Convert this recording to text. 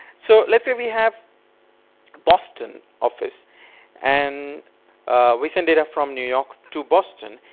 so lets say we have boston office and we send data from new york to boston